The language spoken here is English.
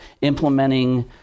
implementing